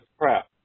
crap